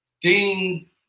Dean